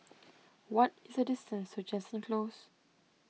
what is the distance to Jansen Close